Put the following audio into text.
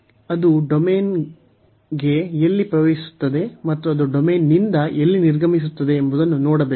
ಅದು ಡೊಮೇನ್ಗೆ ಎಲ್ಲಿ ಪ್ರವೇಶಿಸುತ್ತದೆ ಮತ್ತು ಅದು ಡೊಮೇನ್ನಿಂದ ಎಲ್ಲಿ ನಿರ್ಗಮಿಸುತ್ತದೆ ಎಂಬುದನ್ನು ನೋಡಬೇಕು